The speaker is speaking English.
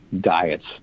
diets